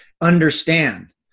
understand